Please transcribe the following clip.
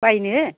बायनो